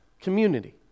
community